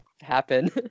happen